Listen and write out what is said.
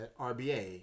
RBA